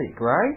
right